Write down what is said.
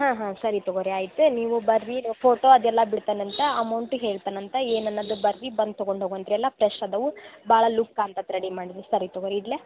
ಹಾಂ ಹಾಂ ಸರಿ ತಗೋ ರೀ ಆಯ್ತು ನೀವು ಬರ್ರಿ ಫೋಟೋ ಅದೆಲ್ಲ ಬಿಡ್ತೇನಂತ ಅಮೌಂಟ್ ಹೇಳ್ತೆನಂತೆ ಏನನ್ನೋದು ಬರ್ರಿ ಬಂದು ತಗೊಂಡು ಹೋಗೋವಂತ್ರಿ ಎಲ್ಲ ಫ್ರೆಶ್ ಅದಾವು ಭಾಳ ಲುಕ್ ಕಾಂತಾತೆ ರೆಡಿ ಮಾಡಿ ಸರಿ ತಗೋ ರೀ ಇಡಲಾ